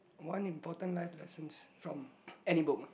one important life lessons from any book